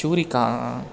चुरिका